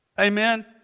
Amen